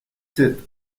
sept